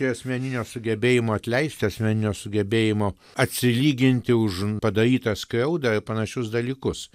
jo asmeninio sugebėjimo atleist asmeninio sugebėjimo atsilyginti už padarytą skriaudą ir panašius dalykus